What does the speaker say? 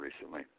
recently